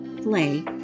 play